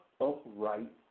upright